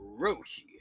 Roshi